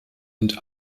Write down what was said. und